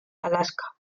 alaska